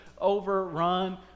overrun